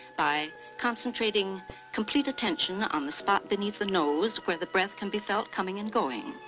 by concentrating complete attention on the spot beneath the nose where the breath can be felt coming and going.